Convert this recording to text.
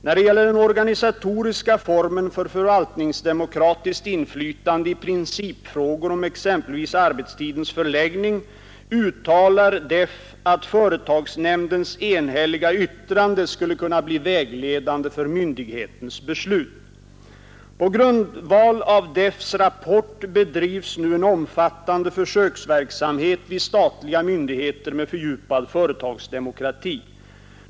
När det gäller den organisatoriska formen för förvaltningsdemokratiskt inflytande i principfrågor om exempelvis arbetstidens förläggning, uttalar DEFF att företagsnämndens enhälliga yttrande skulle kunna bli vägledande för myndighetens beslut. På grundval av DEFF:s rapport bedrivs nu en omfattande försöksverksamhet vid statliga myndigheter med fördjupad företagsdemokrati.